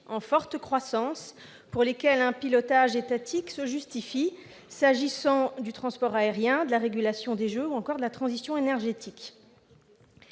en forte croissance, pour lesquels un pilotage étatique se justifie- transport aérien, régulation des jeux ou encore transition énergétique.